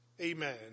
amen